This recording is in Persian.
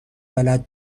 بلد